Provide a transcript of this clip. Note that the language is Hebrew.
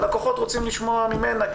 הלקוחות רוצים לשמוע ממנה,